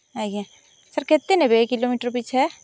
ଆଜ୍ଞା ସାର୍ କେତେ ନେବେ କିଲୋମିଟର୍ ପିଛା